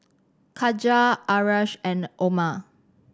Katijah Asharaff and Omar